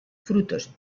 frutos